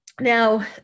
Now